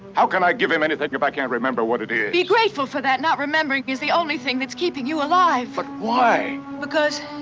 how can i give him anything if i can't remember what it is? be grateful for that. not remembering is the only thing that's keeping you alive. but why? because